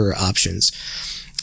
options